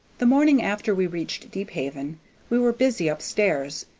the morning after we reached deephaven we were busy up stairs,